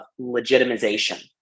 legitimization